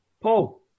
Paul